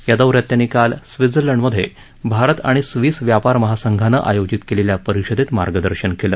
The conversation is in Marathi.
या दौऱ्यात काल त्यांनी स्वित्झर्लंड मध्ये भारत आणि स्विस व्यापार महासंघानं आयोजित केलेल्या परिषदेत मार्गदर्शन केलं